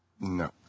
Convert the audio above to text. No